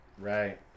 right